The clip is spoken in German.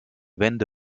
wände